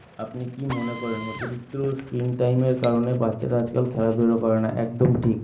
আপনি কি মনে করেন অতিরিক্ত স্ক্রিন টাইমের কারণে বাচ্চারা আজকাল খেলাধূলা করে না একদম ঠিক